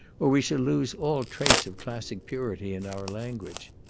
or we shall lose all trace of classic purity in our language.